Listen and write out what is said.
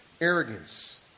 arrogance